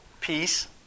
Peace